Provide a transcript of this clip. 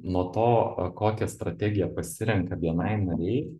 nuo to kokią strategiją pasirenka bni nariai